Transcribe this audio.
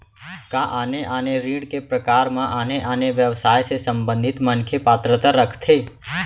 का आने आने ऋण के प्रकार म आने आने व्यवसाय से संबंधित मनखे पात्रता रखथे?